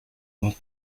vingt